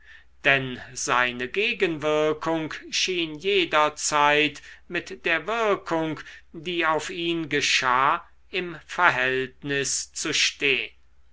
denn seine gegenwirkung schien jederzeit mit der wirkung die auf ihn geschah im verhältnis zu stehn